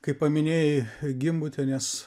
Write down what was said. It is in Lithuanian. kai paminėjai gimbutienės